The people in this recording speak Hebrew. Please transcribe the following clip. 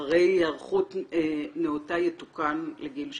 אחרי היערכות נאותה יתוקן לגיל 16?